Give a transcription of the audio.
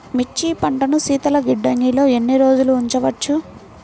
మిర్చి పంటను శీతల గిడ్డంగిలో ఎన్ని రోజులు ఉంచవచ్చు?